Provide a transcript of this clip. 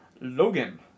logan